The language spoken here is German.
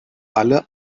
alle